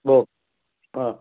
हो हा